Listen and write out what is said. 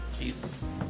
jesus